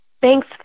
Thanks